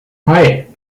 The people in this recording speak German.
hei